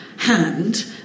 Hand